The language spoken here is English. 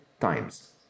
times